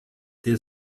der